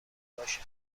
باشد